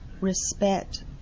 Respect